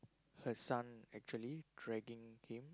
her son actually dragging him